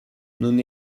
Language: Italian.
non